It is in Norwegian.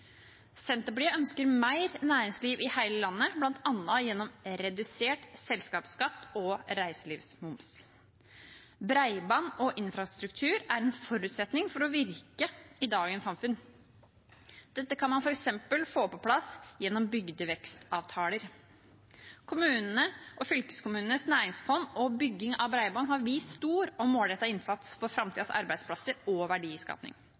Senterpartiet ønsker mer næringsliv i hele landet, bl.a. gjennom redusert selskapsskatt og reiselivsmoms. Bredbånd og infrastruktur er en forutsetning for å virke i dagens samfunn. Dette kan man f.eks. få på plass gjennom bygdevekstavtaler. Kommunene og fylkeskommunenes næringsfond og bygging av bredbånd har vist stor og målrettet innsats for framtidens arbeidsplasser og